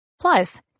Plus